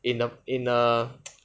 in a in a